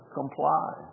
comply